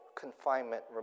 confinement